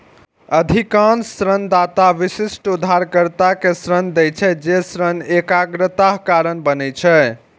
अधिकांश ऋणदाता विशिष्ट उधारकर्ता कें ऋण दै छै, जे ऋण एकाग्रताक कारण बनै छै